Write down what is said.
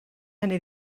hynny